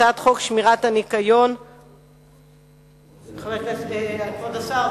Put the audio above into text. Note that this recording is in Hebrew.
הצעת חוק שמירת הניקיון (תיקון מס' 15). כבוד השר,